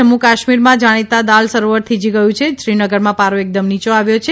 જમ્મુકાશ્મીરમાં જાણીતા દાલ સરોવર થીજી ગયું છે શ્રીનગરમાં પારો એકદમ નીચે આવ્યો છે